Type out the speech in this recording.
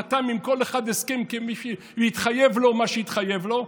חתם עם כל אחד הסכם והתחייב לו מה שהתחייב לו,